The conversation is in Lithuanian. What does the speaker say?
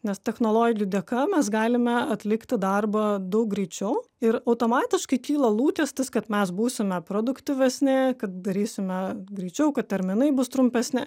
nes technologijų dėka mes galime atlikti darbą daug greičiau ir automatiškai kyla lūkestis kad mes būsime produktyvesni kad darysime greičiau kad terminai bus trumpesni